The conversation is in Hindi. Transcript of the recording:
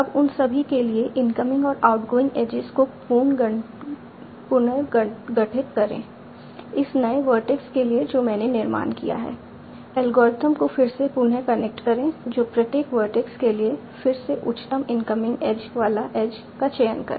अब उन सभी के लिए इनकमिंग और आउटगोइंग एजेज को पुनर्गठित करें इस नए वर्टेक्स के लिए जो मैंने निर्माण किया है एल्गोरिथ्म को फिर से पुन कनेक्ट करें जो प्रत्येक वर्टेक्स के लिए फिर से उच्चतम इनकमिंग एज वाला एज का चयन करें